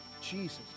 Jesus